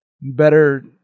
better